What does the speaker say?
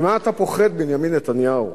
ממה אתה פוחד בנימין נתניהו?